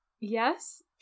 Yes